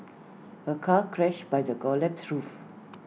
A car crushed by the collapsed roof